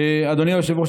אדוני היושב-ראש,